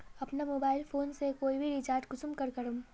अपना mobile phone से कोई भी रिचार्ज कुंसम करे करूम?